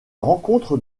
rencontre